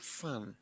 fun